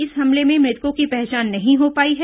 इस हमले में मृतकों की पहचान नहीं हो पाई है